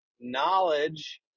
knowledge